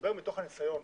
מדבר מתוך ניסיון.